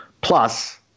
Plus